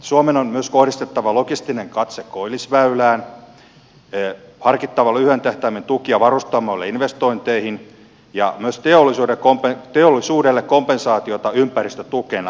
suomen on myös kohdistettava logistinen katse koillisväylään harkittava lyhyen tähtäimen tukia varustamoille investointeihin ja myös teollisuudelle kompensaatiota ympäristötukena